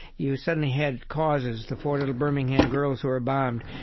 you suddenly had causes the four little birmingham girls who were bombed.